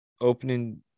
opening